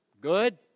Good